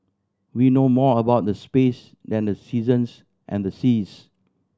we know more about the space than the seasons and the seas